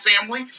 family